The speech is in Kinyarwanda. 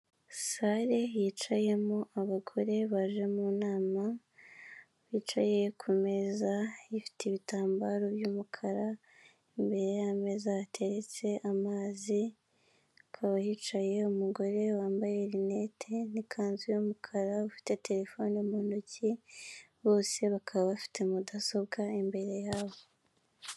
Sare yicayemo abagore baje mu nama, bicaye ku meza ifite ibitambaro by'umukara, imbere y'ameza hateretse amazi, hakaba hicaye umugore wambaye rinete n'ikanzu y'umukara, ufite terefone mu ntoki, bose bakaba bafite mudasobwa imbere yabo.